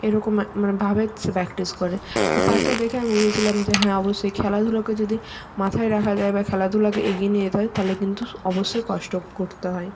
এরকম মানে ভাবে সে প্র্যাকটিস করে তো তাকে দেখে আমি বুঝেছিলাম যে হ্যাঁ অবশ্যই খেলাধুলোকে যদি মাথায় রাখা যায় বা খেলাধুলাকে এগিয়ে নিয়ে যেতে হয় তাহলে কিন্তু অবশ্যই কষ্ট করতে হয়